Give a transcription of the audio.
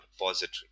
repository